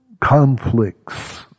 conflicts